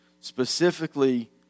Specifically